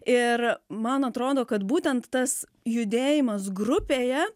ir man atrodo kad būtent tas judėjimas grupėje